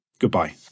Goodbye